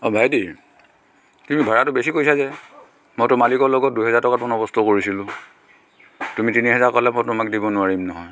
অ' ভাইটি তুমি ভাৰাটো বেছি কৈছা যে মইতো মালিকৰ লগত দুহেজাৰ টকাত বন্দবস্ত কৰিছিলোঁ তুমি তিনি হাজাৰ ক'লে মই তোমাক দিব নোৱাৰিম নহয়